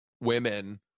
women